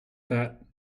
that